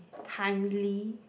timely